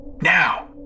Now